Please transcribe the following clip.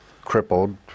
crippled